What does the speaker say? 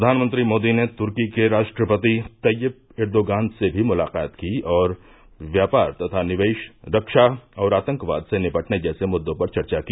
प्रधानमंत्री मोदी ने तुर्की के राष्ट्रपति तैयिप इरदोगान से भी मुलाकात की और व्यापार तथा निवेश रक्षा और आतंकवाद से निपटने जैसे मुद्दों पर चर्चा की